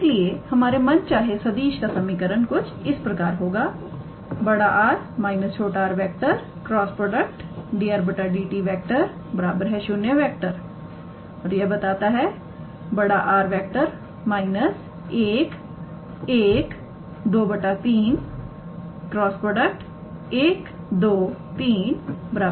इसलिए हमारे मन चाहे सदिश का समीकरण कुछ इस प्रकार होगा 𝑅⃗ − 𝑟⃗ × 𝑑 𝑟⃗ 𝑑𝑡 ⃗0 ⇒ 𝑅⃗ − 11 2 3 × 123 ⃗0